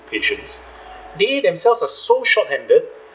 patients they themselves are so short-handed